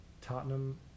Tottenham